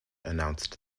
announced